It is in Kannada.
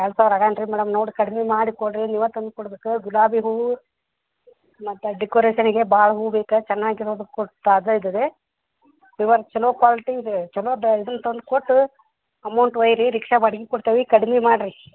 ಎರಡು ಸಾವಿರ ಆಗಲ್ಲ ರೀ ಮೇಡಮ್ ನೋಡಿ ಕಡ್ಮೆ ಮಾಡಿ ಕೊಡಿರಿ ನೀವೇ ತಂದು ಕೊಡ್ಬೇಕು ಗುಲಾಬಿ ಹೂವು ಮತ್ತು ಡೆಕೋರೇಷನಿಗೆ ಭಾಳ ಹೂವು ಬೇಕು ಚೆನ್ನಾಗಿರೋದು ಕೊಟ್ಟು ತಾಜಾ ಇದ್ದದ್ದೇ ಚೊಲೋ ಕ್ವಾಲ್ಟಿ ಇದೆ ಚಲೋದು ಇದನ್ನು ತಂದು ಕೊಟ್ಟು ಅಮೌಂಟ್ ಒಯ್ಯಿರಿ ರಿಕ್ಷಾ ಬಾಡಿಗೆ ಕೊಡ್ತೀವಿ ಕಡ್ಮೆ ಮಾಡಿರಿ